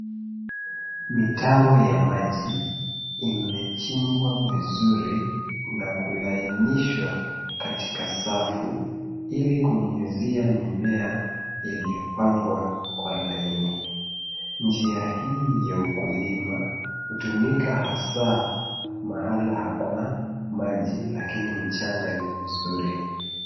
Mitaro ya maji ,imechimbwa vizuri na kulainishwa katika safu, ili kunyunyuzia mimea iliyopangwa kwa laini. Njia hii ya ukulima hutumika hasa mahala hakuna maji lakini mchanga ni mzuri.